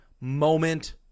moment